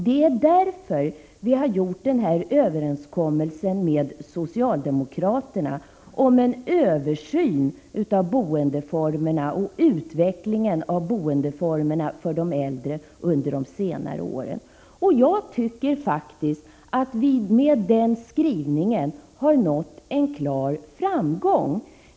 Det är därför vi har gjort överenskommelsen med socialdemokraterna om en översyn av utvecklingen av de äldres boende under de senaste åren. Jag tycker faktiskt att vi med den skrivningen har nått en klar framgång.